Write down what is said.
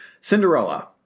Cinderella